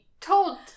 told